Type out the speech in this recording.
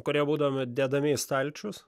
kurie būdami dedami į stalčius